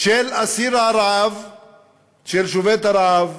של שובת הרעב.